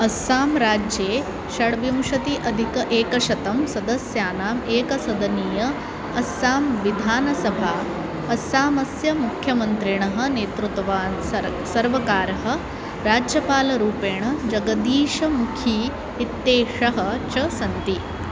अस्सां राज्ये षड्विंशत्यधिक एकशतं सदस्यानाम् एकसदनीय अस्सां विधानसभा अस्सामस्य मुख्यमन्त्रिणः नेतृतवान् सर्व सर्वकारः राज्यपालरूपेण जगदीशमुखी इत्येशः च सन्ति